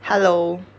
hello